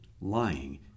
lying